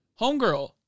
homegirl